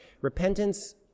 Repentance